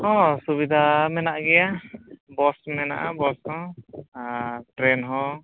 ᱦᱮᱸ ᱥᱩᱵᱤᱫᱷᱟ ᱢᱮᱱᱟᱜ ᱜᱮᱭᱟ ᱵᱚᱥ ᱢᱮᱱᱟᱜᱼᱟ ᱵᱚᱥᱦᱚᱸ ᱟᱨ ᱴᱨᱮ ᱱᱦᱚᱸ